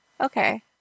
Okay